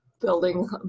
building